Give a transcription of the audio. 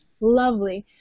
lovely